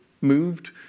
moved